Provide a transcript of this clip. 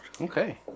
Okay